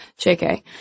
JK